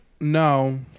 No